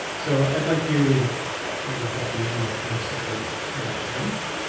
so i'd like you i would recommend that you support that change.